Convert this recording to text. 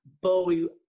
Bowie